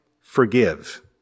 forgive